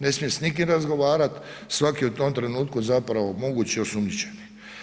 Ne smije s nikim razgovarati, svaki je u tom trenutku zapravo mogući osumnjičeni.